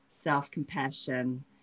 self-compassion